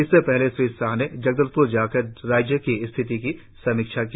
इससे पहले श्री शाह ने जगदलपुर जाकर राज्य की स्थिति की समीक्षा की